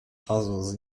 puzzles